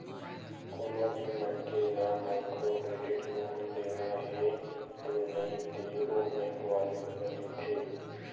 कोनो भी मनखे ल माइक्रो क्रेडिट लोन देना हे धुन नइ ते ओ बेंक वाले ऊपर रहिथे